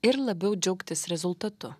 ir labiau džiaugtis rezultatu